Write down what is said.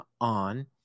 on